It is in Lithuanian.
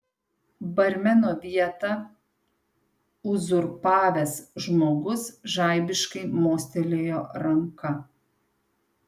barmeno vietą uzurpavęs žmogus žaibiškai mostelėjo ranka